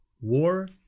War